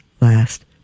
last